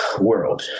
world